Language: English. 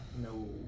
No